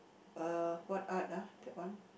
uh what art ah that one